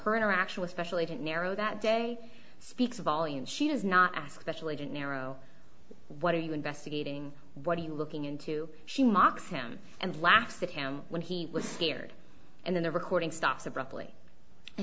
her interaction with special agent narrow that day speaks volumes she does not ask the chalet janiero what are you investigating what are you looking into she mocks him and laughed at him when he was scared and then the recording stops abruptly i